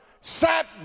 sat